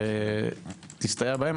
תסתייע בהן.